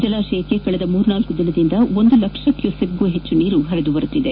ಜಲಾಶಯಕ್ಕೆ ಕಳೆದ ಮೂರ್ನಾಲ್ಲು ದಿನಗಳಿಂದ ಒಂದು ಲಕ್ಷ ಕ್ಯೂಸೆಕ್ಗೂ ಹೆಚ್ಚು ನೀರು ಪರಿದು ಬರುತ್ತಿದೆ